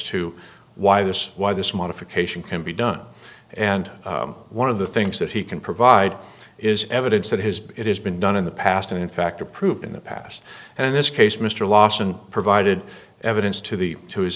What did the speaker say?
to why this why this modification can be done and one of the things that he can provide is evidence that his it has been done in the past and in fact approved in the past and in this case mr lawson provided evidence to the to his